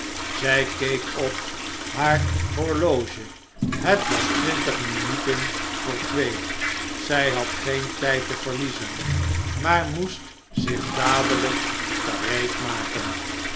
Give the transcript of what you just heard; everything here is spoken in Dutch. zy keek op haar horloge het was twintig minuten voor twee zjj had geen tijd te verliezen maar moest zich dadehjk